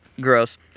Gross